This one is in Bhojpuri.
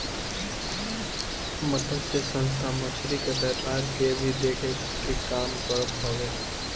मतस्य संस्था मछरी के व्यापार के भी देखे के काम करत हवे